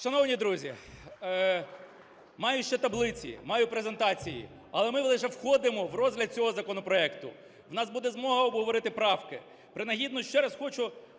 Шановні друзі, маю ще таблиці, маю презентації, але ми лише входимо в розгляд цього законопроекту, у нас буде змога обговорити правки. Принагідно ще раз хочу спростувати